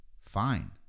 fine